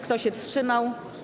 Kto się wstrzymał?